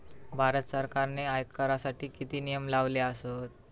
भारत सरकारने आयकरासाठी किती नियम लावले आसत?